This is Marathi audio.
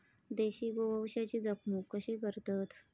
देशी गोवंशाची जपणूक कशी करतत?